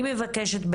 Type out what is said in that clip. אני מבקשת,